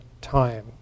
time